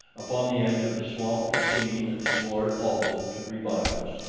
upon the edge of the swamp du-seen and his horde halted to revile us.